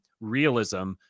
realism